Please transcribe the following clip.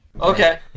Okay